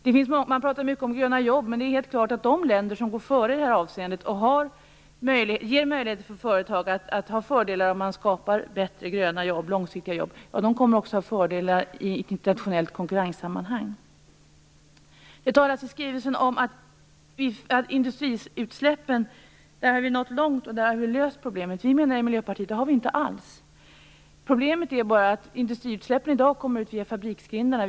Det pratas mycket om gröna jobb, men det är helt klart att de länder som går före i det här avseendet och som ger företag möjligheter så att bättre gröna och långsiktiga jobb skapas kommer att ha fördelar i ett internationellt konkurrenssammanhang. I skrivelsen talas det om att vi beträffande industriutsläppen har nått långt och att vi har löst problemet. Men vi i Miljöpartiet menar att vi inte alls har gjort det. Problemet är att industriutsläppen i dag kommer ut via fabriksgrindarna.